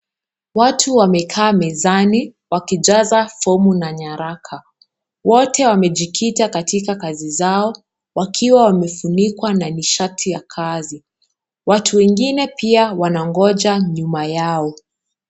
Watu wamekaa mezani wakijaza fomu na nyaraka. Wote wamejikita katika kazi zao wakiwa wamefunikwa na nishati ya kazi. Watu wengine pia wanangoja nyuma yao.